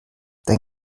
dein